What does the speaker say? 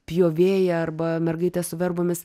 pjovėja arba mergaitė su verbomis